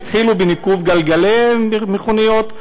הם התחילו בניקוב גלגלי מכוניות,